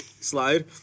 slide